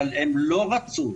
אבל הם לא רצו